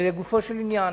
לגופו של עניין,